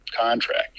contract